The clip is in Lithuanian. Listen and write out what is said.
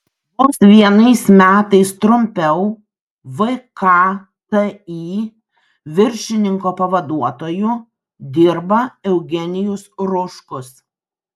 vos vienais metais trumpiau vkti viršininko pavaduotoju dirba eugenijus ruškus